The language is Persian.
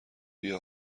بیا